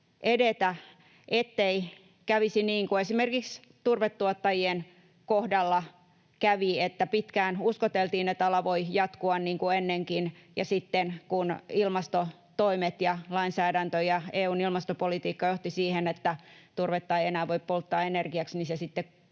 edetä, ettei kävisi niin kuin esimerkiksi turvetuottajien kohdalla kävi, että pitkään uskoteltiin, että ala voi jatkua niin kuin ennenkin, ja sitten, kun ilmastotoimet ja lainsäädäntö ja EU:n ilmastopolitiikka johtivat siihen, että turvetta ei enää voi polttaa energiaksi, se tuli